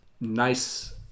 nice